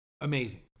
Amazing